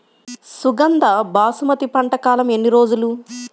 సుగంధ బాసుమతి పంట కాలం ఎన్ని రోజులు?